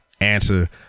answer